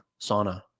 sauna